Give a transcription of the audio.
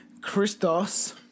Christos